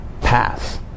pass